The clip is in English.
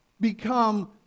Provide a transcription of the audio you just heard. become